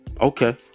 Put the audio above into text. Okay